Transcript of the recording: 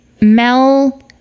Mel